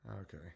Okay